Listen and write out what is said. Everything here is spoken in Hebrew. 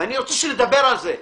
ואני רוצה שנדבר על זה,